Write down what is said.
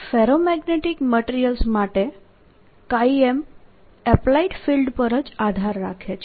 ferromagnetic materials માટે M applied field પર જ આધાર રાખે છે